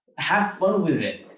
have fun with it.